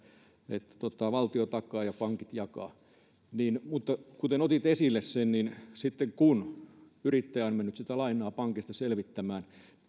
valtio takaa ja pankit jakaa mutta kuten otit esille sen niin sitten kun yrittäjä on mennyt sitä lainaa pankista selvittämään